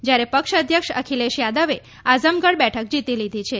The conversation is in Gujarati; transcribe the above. જ્યારે પક્ષ અધ્યક્ષ અખિલેશ યાદવે આઝમગઢ બેઠક જીત લીધી છે